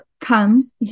comes